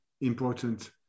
important